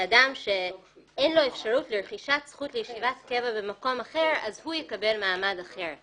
"אדם שאין לו אפשרות לרכישת זכות לישיבת קבע במקום אחד יקבל מעמד אחר".